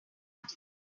party